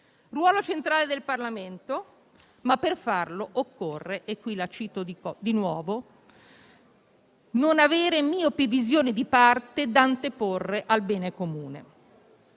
Ruolo centrale del Parlamento, ma per farlo occorre - e qui la cito di nuovo - non avere «miopi visioni di parte anteposte al bene comune».